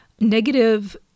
negative